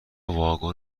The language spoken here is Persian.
واگن